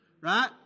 Right